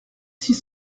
six